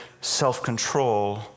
self-control